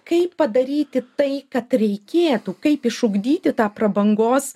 kaip padaryti tai kad reikėtų kaip išugdyti tą prabangos